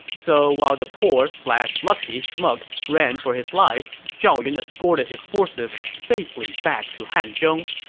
so while the poor slash lucky schmuck ran for his life, zhao yun escorted his forces safely back to hanzhong.